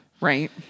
Right